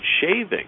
shaving